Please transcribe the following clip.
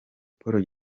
paul